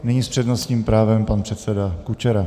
Nyní s přednostním právem pan předseda Kučera.